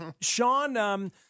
Sean